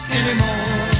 anymore